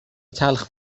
تلخ